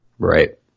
Right